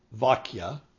Vakya